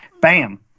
Bam